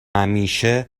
همیشه